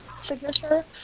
signature